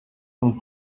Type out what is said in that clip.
von